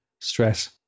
stress